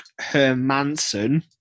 Hermanson